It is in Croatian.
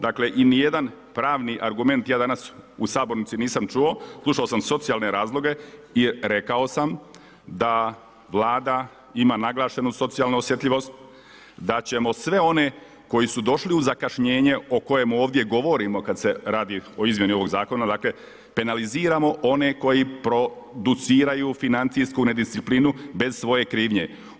Dakle i ni jedan pravni argument ja danas u sabornici nisam čuo, slušao sam socijalne razloge i rekao sam da Vlada ima naglašenu socijalnu osjetljivost, da ćemo sve one koji su došli u zakašnjenje o kojemu ovdje govorimo kada se radi o izmjeni ovoga zakona, dakle penaliziramo one koji produciraju financijsku nedisciplinu bez svoje krivnje.